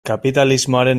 kapitalismoaren